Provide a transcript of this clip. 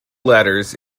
ladders